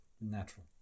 natural